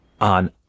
on